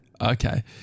Okay